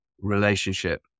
relationship